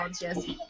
Yes